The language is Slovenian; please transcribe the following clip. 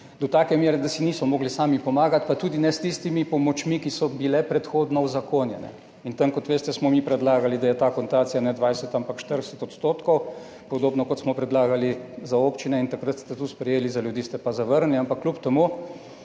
do take mere, da si niso mogli sami pomagati, pa tudi ne s tistimi pomočmi, ki so bile predhodno uzakonjene – tam, kot veste, smo mi predlagali, da je ta akontacija ne 20, ampak 40 %, podobno kot smo predlagali za občine. Takrat ste to sprejeli, za ljudi ste pa zavrnili. Ampak kljub temu,